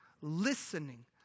listening